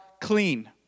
clean